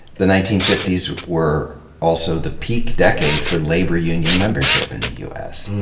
the nineteen fifty s were also the peak decade for labor union membership in the u s.